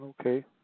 Okay